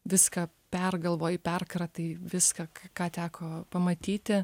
viską pergalvoji perkratai viską k ką teko pamatyti